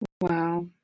Wow